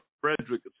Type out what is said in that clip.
Frederick